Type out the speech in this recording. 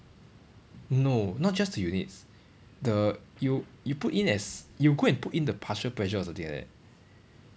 no not just the units the you you put in as you go and put in the partial pressure or something like that